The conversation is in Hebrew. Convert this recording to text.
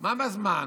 מה בזמן?